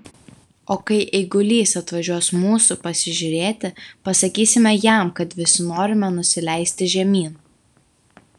o kai eigulys atvažiuos mūsų pasižiūrėti pasakysime jam kad visi norime nusileisti žemyn